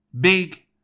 Big